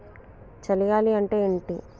చలి గాలి అంటే ఏమిటి?